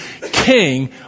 king